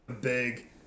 big